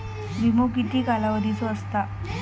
विमो किती कालावधीचो असता?